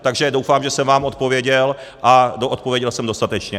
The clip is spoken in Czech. Takže doufám, že jsem vám odpověděl, a odpověděl jsem dostatečně.